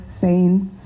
saints